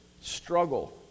struggle